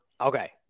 Okay